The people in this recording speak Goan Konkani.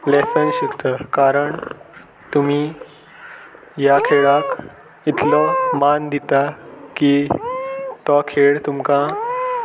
लॅसन शिकता कारण तुमी ह्या खेळाक इतलो मान दिता की तो खेळ तुमकां